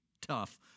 tough